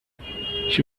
she